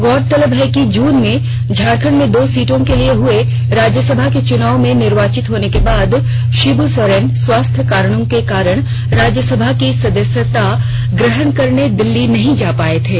गौरतलब है कि जून में झारखंड में दो सीटों के लिए हुए राज्यसभा के चुनाव में निर्वाचित होने के बाद शिब् सोरेन स्वास्थ्य कारणों के चलते राज्यसभा की सदस्यता ग्रहण करने दिल्ली नहीं जा पाए थे